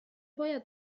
باید